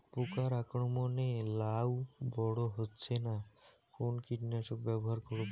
পোকার আক্রমণ এ লাউ বড় হচ্ছে না কোন কীটনাশক ব্যবহার করব?